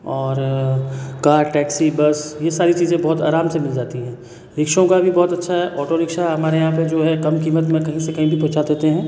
और car taxi bus यह सारी चीज़ें बहुत आराम से मिल जाती है रिक्शों का भी बहुत अच्छा है ऑटो रिक्शा हमारे यहाँ पे जो है कम कीमत में कहीं से कहीं भी पहुंचा देते हैं